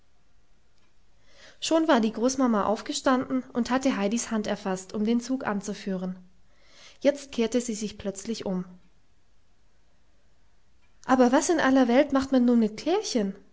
schon war die großmama aufgestanden und hatte heidis hand erfaßt um den zug anzuführen jetzt kehrte sie sich plötzlich um aber was in aller welt macht man nun mit klärchen